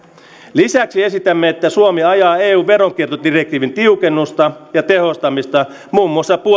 lisäksi esitämme että suomi ajaa eun veronkiertodirektiiviin tiukennusta ja tehostamista muun muassa